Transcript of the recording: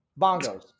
Bongos